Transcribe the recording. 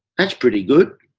that's pretty good